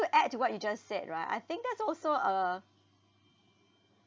to add to what you just said right I think that's also a